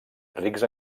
rics